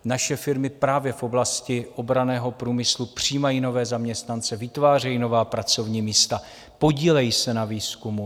Naše firmy právě v oblasti obranného průmyslu přijímají nové zaměstnance, vytvářejí nová pracovní místa, podílejí se na výzkumu.